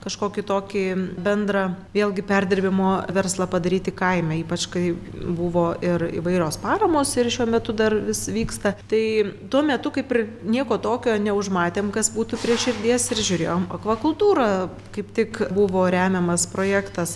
kažkokį tokį bendrą vėlgi perdirbimo verslą padaryti kaime ypač kai buvo ir įvairios paramos ir šiuo metu dar vis vyksta tai tuo metu kaip ir nieko tokio neužmatėm kas būtų prie širdies ir žiūrėjom akvakultūrą kaip tik buvo remiamas projektas